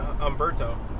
Umberto